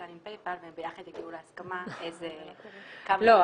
עם PayPal וביחד הם יגיעו להסכמה איזה --- לא.